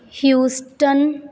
Houston